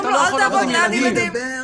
אומרים לו: אל תעבוד ליד ילדים.